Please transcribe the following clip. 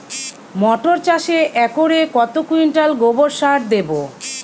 মটর চাষে একরে কত কুইন্টাল গোবরসার দেবো?